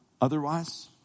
otherwise